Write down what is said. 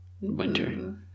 Winter